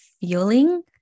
feeling